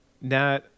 Nat